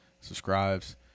subscribes